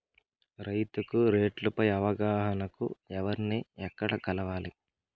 రైతుకు రేట్లు పై అవగాహనకు ఎవర్ని ఎక్కడ కలవాలి?